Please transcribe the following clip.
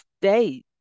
state